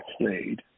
played